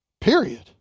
period